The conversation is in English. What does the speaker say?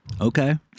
Okay